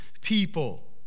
people